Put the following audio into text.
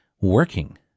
working